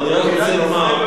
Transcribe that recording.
אני רק רוצה לומר,